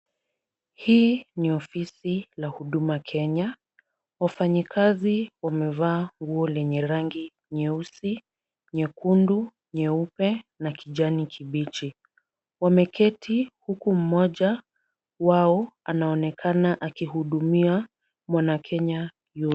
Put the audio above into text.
Hii ni ofisi la huduma Kenya. Wafanyikazi wamevaa nguo lenye rangi nyeusi, nyekundu, nyeupe na kijani kibichi. Wameketi huku mmoja wao anaonekana akihudumia mwanakenya